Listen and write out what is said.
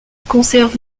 conserve